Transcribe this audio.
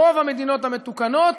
ברוב המדינות המתוקנות,